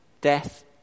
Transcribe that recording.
death